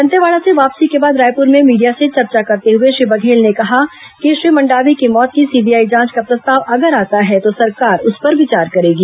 दंतेवाड़ा से वापसी के बाद रायपुर में मीडिया से चर्चा करते हुए श्री बघेल ने कहा कि श्री मंडावी की मौत की सीबीआई जांच का प्रस्ताव अगर आता है तो सरकार उस पर विचार करेगी